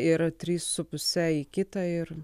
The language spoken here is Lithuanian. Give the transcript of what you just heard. ir trys su puse į kitą ir